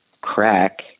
crack